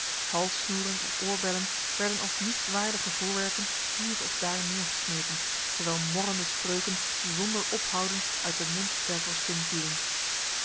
halssnoeren en oorbellen werden als nietswaardige voorwerpen hier of daar neergesmeten terwijl morrende spreuken zonder ophouden uit de mond der vorstin vielen